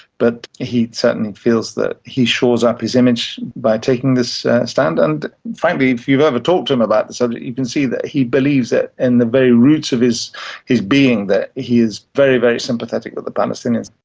but he certainly feels that he shores up his image by taking this stand, and frankly, if you've ever talked to him about the subject you can see that he believes it in the very roots of his being, that he is very, very sympathetic with the palestinians.